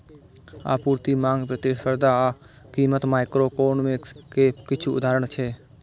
आपूर्ति, मांग, प्रतिस्पर्धा आ कीमत माइक्रोइकोनोमिक्स के किछु उदाहरण छियै